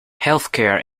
healthcare